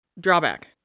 drawback